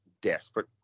desperate